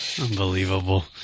unbelievable